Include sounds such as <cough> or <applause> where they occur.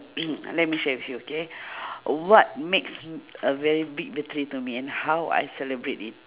<noise> let me share with you okay <breath> what makes m~ a very big victory to me and how I celebrate it